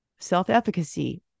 self-efficacy